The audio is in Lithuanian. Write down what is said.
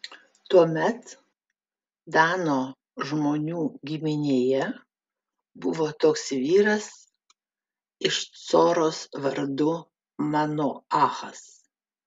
tuomet dano žmonių giminėje buvo toks vyras iš coros vardu manoachas